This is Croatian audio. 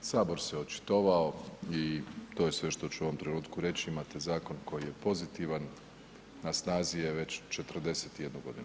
Sabor se očitovao i to je sve što ću u ovom trenutku reći, imate zakon koji je pozitivan, na snazi je već 41 godinu.